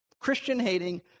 Christian-hating